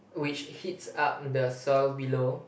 which heats up the soil below